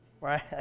right